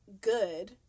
good